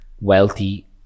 wealthy